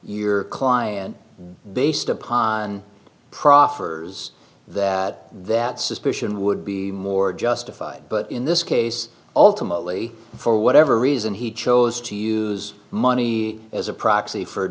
your client based upon proffers that that suspicion would be more justified but in this case ultimately for whatever reason he chose to use money as a proxy